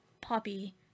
poppy